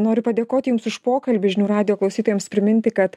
noriu padėkot jums už pokalbį žinių radijo klausytojams priminti kad